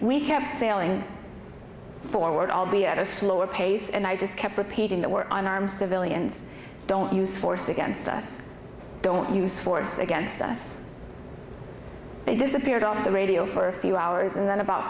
kept sailing forward albeit at a slower pace and i just kept repeating that were unarmed civilians don't use force against us don't use force against us they disappeared off the radio for a few hours and then about